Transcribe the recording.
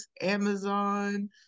Amazon